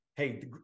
hey